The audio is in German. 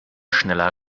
schneller